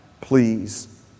please